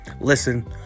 listen